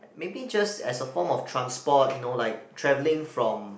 maybe just as a form of transport you know like travelling from